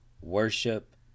worship